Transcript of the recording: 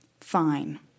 Fine